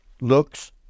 looks